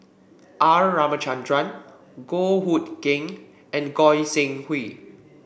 R Ramachandran Goh Hood Keng and Goi Seng Hui